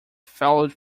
failed